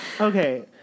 Okay